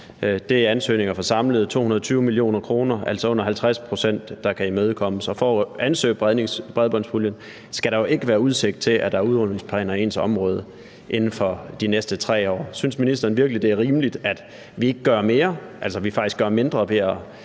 Det er ansøgninger for samlet 220 mio. kr., altså under 50 pct., der kan imødekommes. For at ansøge bredbåndspuljen skal der jo ikke være udsigt til, at der er udrulningsplaner i ens område inden for de næste 3 år. Synes ministeren virkelig, det er rimeligt, at vi ikke gør mere, altså at vi faktisk gør mindre ved